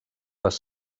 les